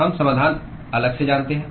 हम समाधान अलग से जानते हैं